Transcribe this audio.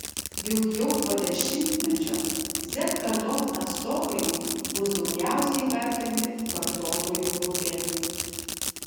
juk jau po dešimtmečio z kartos atstovai bus daugiausiai perkanti vartotojų grupė